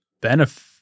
benefit